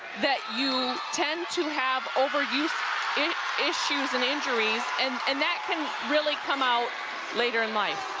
that you tend to have overuse issues and injuries, and and that can really come out later in life.